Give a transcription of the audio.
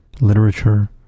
literature